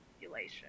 population